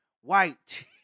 White